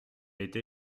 été